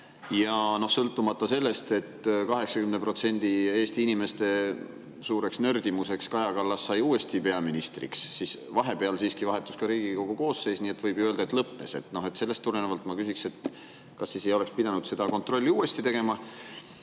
luba. Sõltumata sellest, et 80% Eesti inimeste suureks nördimuseks sai Kaja Kallas uuesti peaministriks, vahepeal siiski vahetus ka Riigikogu koosseis, nii et võib ju öelda, et [töösuhe] lõppes. Sellest tulenevalt ma küsin, kas siis ei oleks pidanud seda kontrolli uuesti tegema.